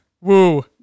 Woo